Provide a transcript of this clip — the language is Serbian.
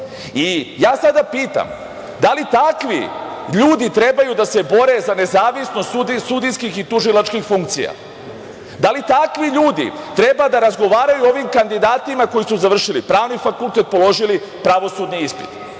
dvojku. Sada pitam – da li takvi ljudi trebaju da se bore za nezavisnost sudijskih i tužilačkih funkcija? Da li takvi ljudi treba da razgovaraju o ovim kandidatima koji su završili Pravni fakultet, položili pravosudni ispit? Želeo